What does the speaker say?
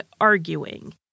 arguing